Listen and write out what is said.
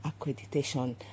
accreditation